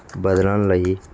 ਬਦਲਣ ਲਈ